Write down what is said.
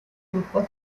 surcos